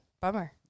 Bummer